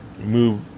move